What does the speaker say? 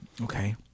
Okay